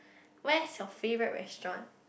where is your favourite restaurant